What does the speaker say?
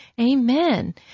Amen